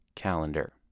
calendar